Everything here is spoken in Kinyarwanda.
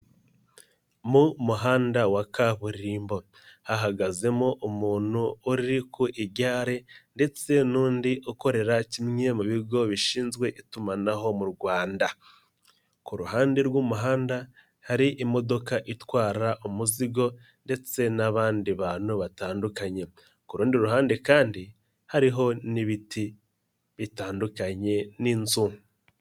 Mu muhanda wa kaburimbo hahagazemo umuntu uri ku igare ndetse n'undi ukorera kimwe mu bigo bishinzwe itumanaho mu Rwanda ku ruhande rw'umuhanda hari imodoka itwara umuzigo ndetse n'abandi bantu batandukanye ku rundi ruhande kandi hariho n'ibiti bitandukanye n'inzu.